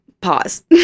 pause